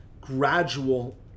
gradual